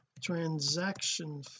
Transaction